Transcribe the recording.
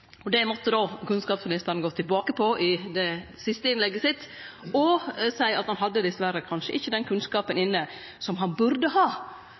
ikkje. Det måtte kunnskapsministeren då gå tilbake på i det siste innlegget sitt og seie at han dessverre kanskje ikkje hadde inne den kunnskapen som han burde ha